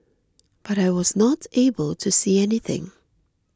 but I was not able to see anything